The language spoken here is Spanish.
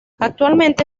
actualmente